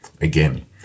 Again